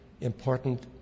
important